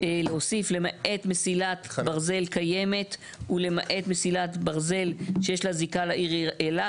להוסיף "למעט מסילת ברזל קיימת ולמעט מסילת ברזל שיש לה זיקה לעיר אילת,